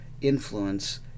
influence